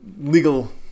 legal